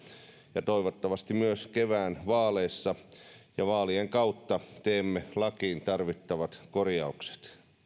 ja toivottavasti myös kevään vaaleissa ja vaalien kautta teemme lakiin tarvittavat korjaukset